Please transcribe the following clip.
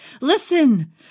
Listen